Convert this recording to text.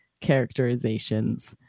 characterizations